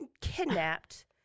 kidnapped